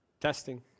Testing